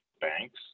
banks